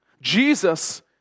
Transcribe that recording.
Jesus